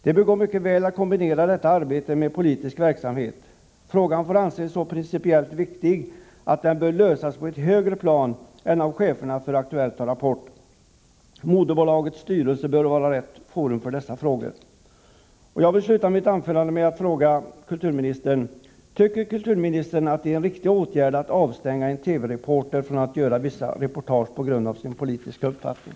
Det går mycket väl att kombinera detta arbete med politisk verksamhet. Frågan får anses så speciellt viktig att den bör lösas på ett högre plan än av cheferna för Aktuellt och Rapport. Moderbolagets styrelse bör vara rätt forum för dessa frågor. Jag vill sluta mitt anförande med att fråga kulturministern: Tycker kulturministern att det är en riktig åtgärd att avstänga en TV-reporter från att göra vissa reportage på grund av hans politiska uppfattning?